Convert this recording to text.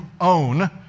own